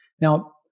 Now